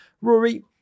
Rory